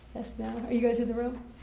are you guys in the room?